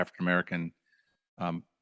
African-American